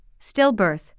stillbirth